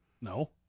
No